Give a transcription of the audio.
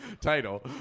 title